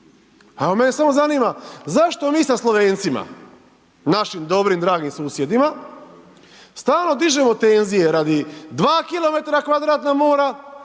a mene samo zanima zašto mi sa Slovencima, našim dobrim, dragim susjedima stalno dižemo tenzije radi 2 km2 mora,